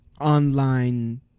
online